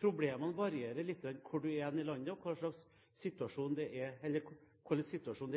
problemene varierer litt ut fra hvor man er i landet, og hvilken situasjon